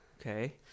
okay